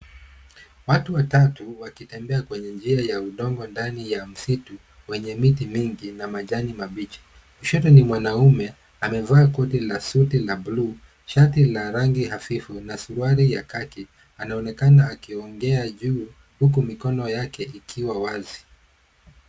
Watu watatu wakitembea kwenye njia ya udongo ndani ya msitu wenye miti mingi na majani mabichi, kushoto ni mwanaume amevaa koti la suti la bluu shati la rangi hafifu na suruali ya kaki. Anaonekana akiongea juu huku mikono yake ikiwa wazi.